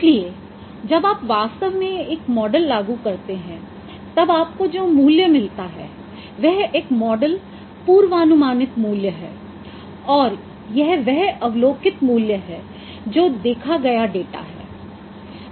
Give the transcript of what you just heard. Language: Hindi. इसलिए जब आप वास्तव में एक मॉडल लागू करते हैं तब आपको जो मूल्य मिलता है वह एक मॉडल पूर्वानुमानित मूल्य है और यह वह अवलोकित मूल्य है जो देखा गया डेटा है